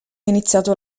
iniziato